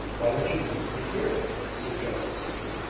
why don't you leave me here? suggested sylvia.